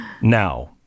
now